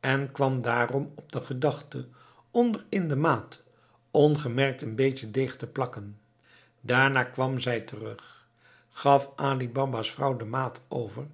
en kwam daarom op de gedachte onder in de maat ongemerkt een beetje deeg te plakken daarna kwam zij terug gaf ali baba's vrouw de maat over